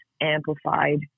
amplified